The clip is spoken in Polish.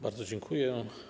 Bardzo dziękuję.